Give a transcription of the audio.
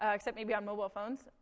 ah except maybe on mobile phones.